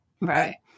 Right